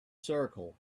circle